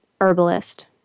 herbalist